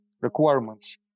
requirements